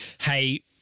hey